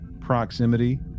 proximity